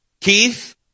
Keith